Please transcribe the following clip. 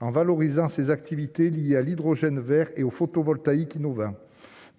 en valorisant ses activités liées à l'hydrogène Vert et au photovoltaïque innovant